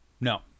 No